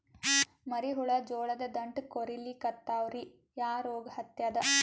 ಮರಿ ಹುಳ ಜೋಳದ ದಂಟ ಕೊರಿಲಿಕತ್ತಾವ ರೀ ಯಾ ರೋಗ ಹತ್ಯಾದ?